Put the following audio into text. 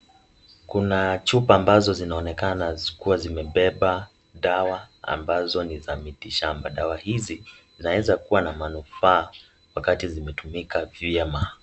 Kuna chupa ambazo zinaonekana kuwa zimebeba dawa ambazo ni za mitishamba, dawa hizi zaweza kuwa na manufaa wakati zimetumika vyema.